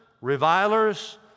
revilers